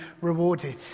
rewarded